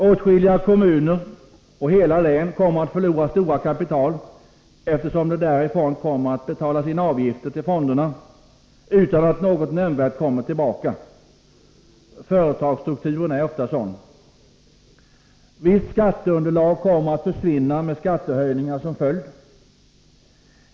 Åtskilliga kommuner och hela län kommer att förlora stora kapital, eftersom det därifrån kommer att betalas in avgifter till fonderna utan att något nämnvärt kommer tillbaka. Företagsstrukturen är ofta sådan. Visst skatteunderlag kommer att försvinna med skattehöjningar som följd.